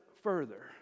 further